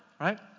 right